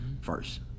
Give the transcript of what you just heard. first